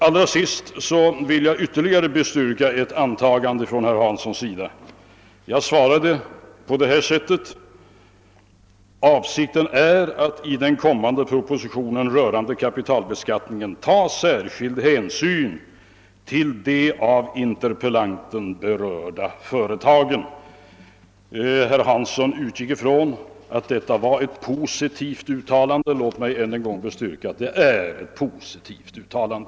Allra sist vill jag ytterligare bestyrka ett antagande från herr Hanssons i Skegrie sida. Jag sade i interpellationssvaret: >Avsikten är att i den kommande propositionen rörande kapitalbeskattningen ta särskild hänsyn till de av interpellanten berörda företagen.» Herr Hansson utgick ifrån att detta var ett positivt uttalande. Låt mig än en gång bestyrka att det är ett positivt uttalande.